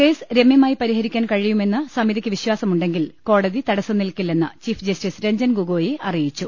case രമൃമായി പരിഹരിക്കാൻ കഴിയുമെന്ന് സമിതിക്ക് വിശ്വാ സമുണ്ടെങ്കിൽ കോടതി തടസ്സം നിൽക്കില്ലെന്ന് ചീഫ്ജസ്റ്റിസ് രഞ്ജൻ ഗോഗൊയ് അറിയിച്ചു